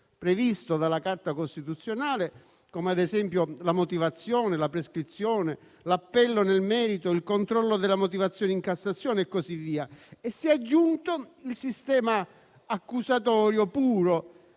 previsto dalla carta costituzionale, come ad esempio la motivazione, la prescrizione, l'appello nel merito, il controllo della motivazione in Cassazione e così via, e si è aggiunto il sistema accusatorio puro,